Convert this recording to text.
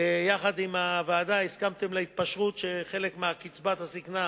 ויחד עם הוועדה הסכמתם להתפשרות שחלק מקצבת הזיקנה